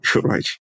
right